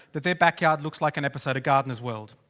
that their backyard looks like an episode of gardeners world.